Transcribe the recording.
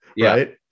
right